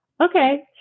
okay